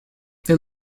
they